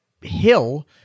hill